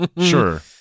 Sure